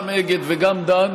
גם אגד וגם דן,